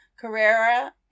Carrera